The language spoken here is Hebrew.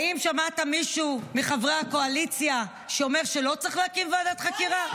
האם שמעת מישהו מחברי הקואליציה שאומר שלא צריך להקים ועדת חקירה?